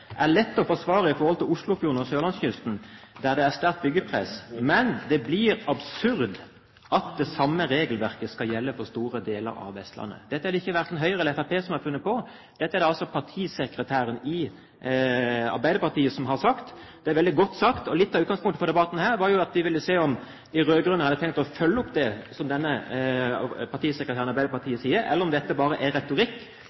samme regelverket skal gjelde for store deler av Vestlandet.» Dette er det verken Høyre eller Fremskrittspartiet som har funnet på, dette er det partisekretæren i Arbeiderpartiet som har sagt. Det er veldig godt sagt. Litt av utgangspunktet for debatten her var jo at vi ville se om de rød-grønne hadde tenkt å følge opp det